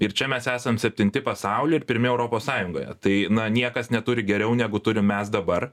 ir čia mes esam septinti pasauly ir pirmi europos sąjungoje tai na niekas neturi geriau negu turim mes dabar